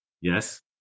Yes